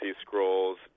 Scrolls